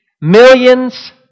millions